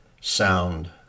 sound